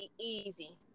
easy